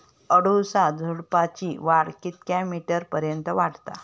अडुळसा झुडूपाची वाढ कितक्या मीटर पर्यंत वाढता?